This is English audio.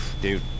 dude